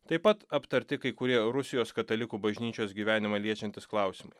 taip pat aptarti kai kurie rusijos katalikų bažnyčios gyvenimą liečiantys klausimai